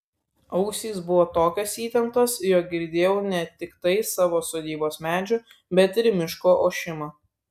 ausys buvo tokios įtemptos jog girdėjau ne tiktai savo sodybos medžių bet ir miško ošimą